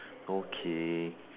okay